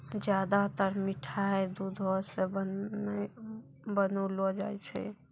ज्यादातर मिठाय दुधो सॅ बनौलो जाय छै